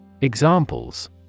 Examples